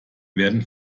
werden